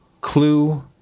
Clue